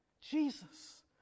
Jesus